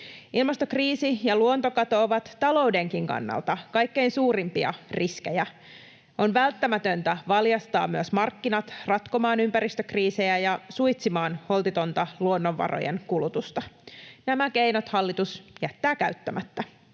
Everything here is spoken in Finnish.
Ilmastokriisi ja luontokato ovat taloudenkin kannalta kaikkein suurimpia riskejä. On välttämätöntä valjastaa myös markkinat ratkomaan ympäristökriisejä ja suitsimaan holtitonta luonnonvarojen kulutusta. Nämä keinot hallitus jättää käyttämättä.